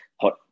hot